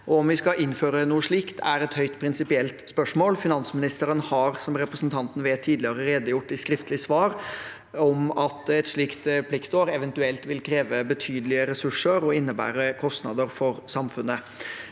Om vi skal innføre noe slikt, er et høyst prinsipielt spørsmål. Finansministeren har, som representanten vet, tidligere redegjort i skriftlig svar for at et slikt eventuelt pliktår vil kreve betydelige ressurser og innebære kostnader for samfunnet.